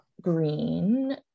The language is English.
Green